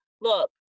look